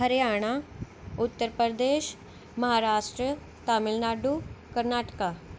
Haryana Uttar Pradesh Maharashtra Tamil Nadu Karnataka